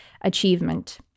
achievement